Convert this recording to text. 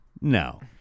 No